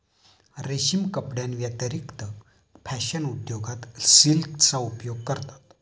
रेशीम कपड्यांव्यतिरिक्त फॅशन उद्योगात सिल्कचा उपयोग करतात